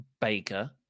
Baker